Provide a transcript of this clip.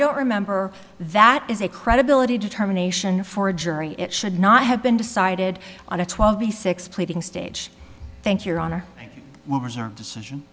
don't remember that is a credibility determination for a jury it should not have been decided on a twelve b six pleading stage thank your honor decision